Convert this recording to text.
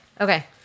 Okay